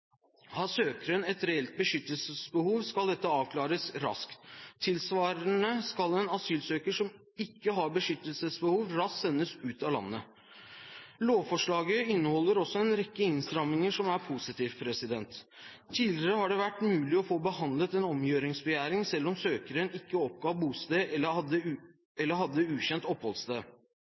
Har søkeren et reelt beskyttelsesbehov, skal dette avklares raskt. Tilsvarende skal en asylsøker som ikke har beskyttelsesbehov raskt sendes ut av landet. Lovforslaget inneholder også en rekke innstramminger, som er positivt. Tidligere har det vært mulig å få behandlet en omgjøringsbegjæring selv om søkeren ikke oppga bosted eller hadde ukjent